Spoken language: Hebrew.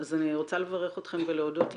אז אני רוצה לברך אתכם ולהודות לכם.